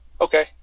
Okay